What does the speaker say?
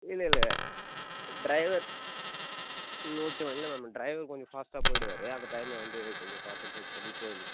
இல்லை இல்லை டிரைவர் ம் ஓகே மேம் இல்லை மேம் டிரைவர் கொஞ்சம் ஃபாஸ்ட்டாக போயிடுவார் அந்த டைம் வந்து கொஞ்சம் காம்பன்சைட் பண்ணி போயிடலாம்